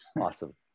Awesome